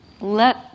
let